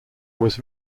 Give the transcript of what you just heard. was